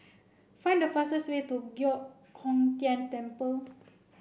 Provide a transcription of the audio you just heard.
find the fastest way to Giok Hong Tian Temple